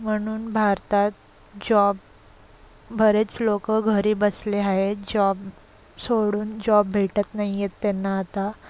म्हणून भारतात जॉब बरेच लोक घरी बसले आहेत जॉब सोडून जॉब भेटत नाही आहेत त्यांना आता